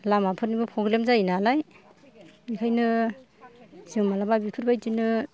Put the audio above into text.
लामाफोरनिबो problem जायो नालाय ओंखायनो जों मालाबा बेफोरबायदिनो